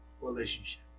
relationship